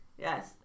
Yes